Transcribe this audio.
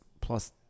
plus